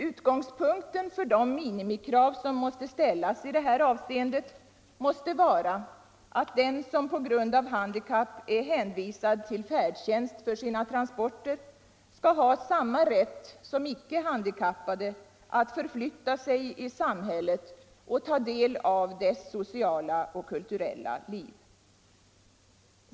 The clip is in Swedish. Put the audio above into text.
Utgångspunkten för de minimikrav som skall ställas i det här avseendet måste vara att den som på grund av handikapp är hänvisad till färdtjänst för sina transporter skall ha samma rätt som icke handikappade att förflytta sig i samhället och ta del av dess sociala och kulturella liv.